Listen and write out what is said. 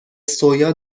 سویا